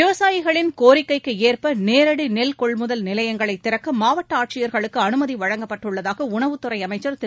விவசாயிகளின் கோரிக்கைக்கு ஏற்ப நேரடி நெல் கொள்முதல் நிலையங்களை திறக்க மாவட்ட ஆட்சியர்களுக்கு அனுமதி வழங்கப்பட்டுள்ளதாக உணவுத்துறை அமைச்சர் திரு